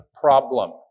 problem